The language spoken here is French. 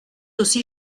aussi